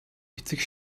эцэг